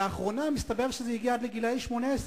לאחרונה מסתבר שזה הגיע עד לגילאי 18,